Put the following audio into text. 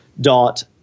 dot